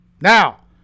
Now